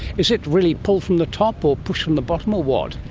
is it really pulled from the top or pushed from the bottom or what?